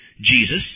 Jesus